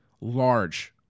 large